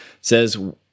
says